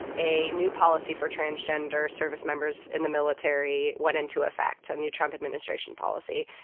a new policy for transgender service members in the military went into effect a new trump administration policy.